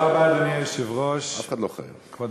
גם לא חייבים, תודה רבה.